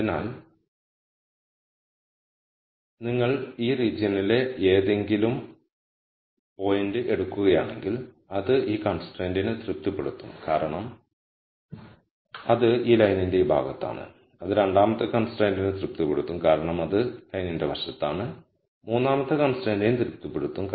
അതിനാൽ നിങ്ങൾ ഈ റീജിയൻലെ ഏതെങ്കിലും പോയിന്റ് എടുക്കുകയാണെങ്കിൽ അത് ഈ കൺസ്ട്രൈന്റിനെ തൃപ്തിപ്പെടുത്തും കാരണം അത് ഈ ലൈനിന്റെ ഈ ഭാഗത്താണ് അത് രണ്ടാമത്തെ കൺസ്ട്രൈന്റിനെ തൃപ്തിപ്പെടുത്തും കാരണം അത് ലൈനിന്റെ വശത്താണ് അത് മൂന്നാമത്തെ കൺസ്ട്രൈന്റിനെ തൃപ്തിപ്പെടുത്തും